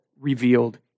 revealed